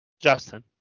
Justin